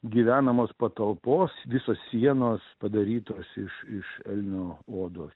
gyvenamos patalpos visos sienos padarytos iš iš elnių odos